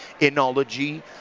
Enology